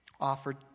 offered